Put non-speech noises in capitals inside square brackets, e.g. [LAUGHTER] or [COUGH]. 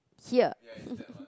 here [LAUGHS]